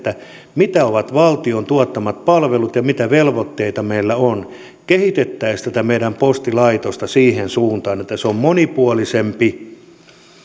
mitä ovat valtion tuottamat palvelut ja mitä velvoitteita meillä on kehitettäisiin tätä meidän postilaitostamme siihen suuntaan että se on monipuolisempi